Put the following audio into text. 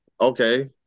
Okay